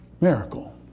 miracle